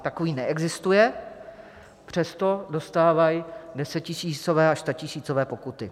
Takový neexistuje, přesto dostávají desetitisícové až statisícové pokuty.